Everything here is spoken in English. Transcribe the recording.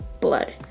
blood